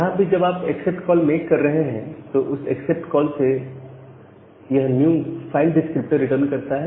यहां भी जब आप एक्सेप्ट कॉल मेक कर रहे हैं तो उस एक्सेप्ट कॉल में यह न्यू फाइल डिस्क्रिप्टर रिटर्न करता है